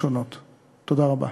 תודה רבה.